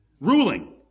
Ruling